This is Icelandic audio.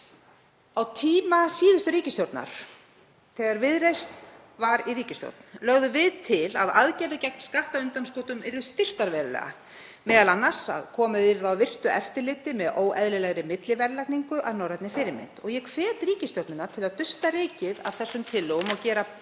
Á tíma síðustu ríkisstjórnar, þegar Viðreisn var í ríkisstjórn, lögðum við til að aðgerðir gegn skattundanskotum yrðu styrktar verulega, m.a. að komið yrði á virku eftirliti með óeðlilegri milliverðlagningu að norrænni fyrirmynd. Ég hvet ríkisstjórnina til að dusta rykið af þessum tillögum og gera